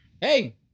hey